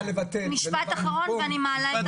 משפט אחרון, ואני מעלה את